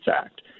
Act